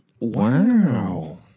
Wow